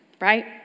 Right